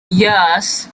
yes